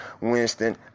Winston